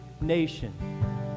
nation